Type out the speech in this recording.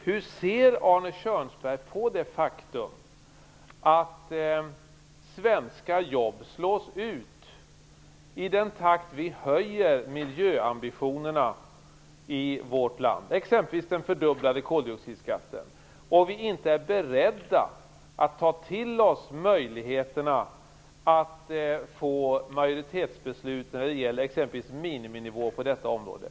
Hur ser Arne Kjörnsberg på det faktum att svenska jobb slås ut i den takt vi höjer miljöambitionerna i vårt land, exempelvis den fördubblade koldioxidskatten, om vi inte är beredda att ta till oss möjligheterna att få majoritetsbeslut när det gäller t.ex. miniminivå på detta område?